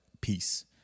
peace